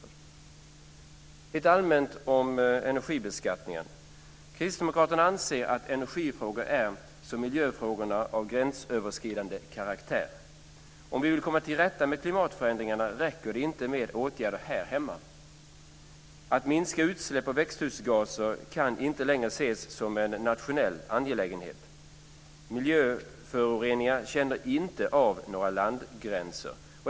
Rent allmänt om energibeskattningen: Kristdemokraterna anser att energifrågor är som miljöfrågor - av gränsöverskridande karaktär. Om vi vill komma till rätta med klimatförändringarna räcker det inte med åtgärder här hemma. Att minska utsläpp av växthusgaser kan inte längre ses som en nationell angelägenhet. Miljöföroreningar känner inte av några landgränser.